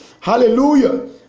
Hallelujah